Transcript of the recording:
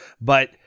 But-